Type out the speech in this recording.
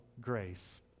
grace